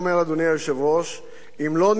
אדוני היושב-ראש: אם לא נפעל,